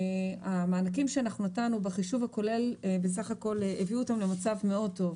המענקים שנתנו בחישוב הכולל בסך הכול הביאו אותם למצב מאוד טוב.